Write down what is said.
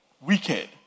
wicked